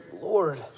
Lord